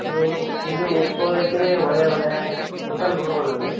ನೀವೂ ನಿಮ್ಮದೇ ಉಳ್ಕೊಳ್ಳೋಕ್ಕೆ ಒಳ್ಳೆ ಒಳ್ಳೆಯ ಹೋಟೆಲ್ಗಳು ಅದಾವೆ